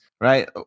Right